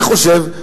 אני חושב,